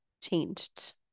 changed